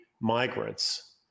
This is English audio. migrants